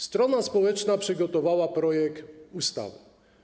Strona społeczna przygotowała projekt ustawy.